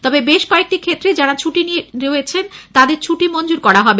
তবে বেশ কয়েকটি ক্ষেত্রে যাঁরা ছুটি নিয়ে রয়েছেন তাঁদের ছুটি মঞ্জুর হবে